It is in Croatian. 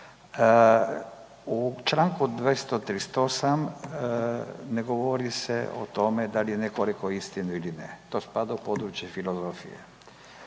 u čl. 238. ne govori se o tome da li je netko rekao istinu ili ne. To spada u područje filozofije.